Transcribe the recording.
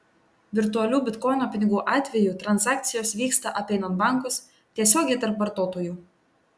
virtualių bitkoino pinigų atveju transakcijos vyksta apeinant bankus tiesiogiai tarp vartotojų